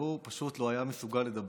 והוא פשוט לא היה מסוגל לדבר.